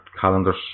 calendars